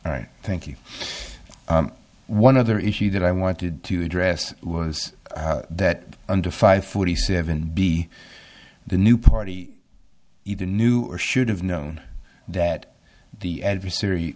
right thank you one other issue that i wanted to address was that under five forty seven b the new party either knew or should have known that the adversary